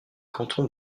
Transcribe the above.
canton